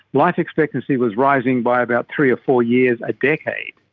life expectancy was rising by about three or four years a decade.